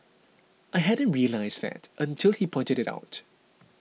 I hadn't realised that until he pointed it out